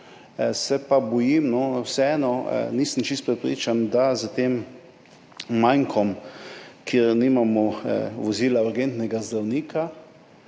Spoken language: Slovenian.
Se pa bojim, vseeno nisem čisto prepričan, da s tem mankom, ker nimamo vozila urgentnega zdravnika,